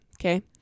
Okay